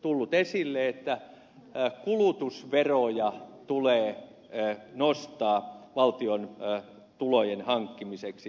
tullut esille ja aivan ilmeistä on että kulutusveroja tulee nostaa valtion tulojen hankkimiseksi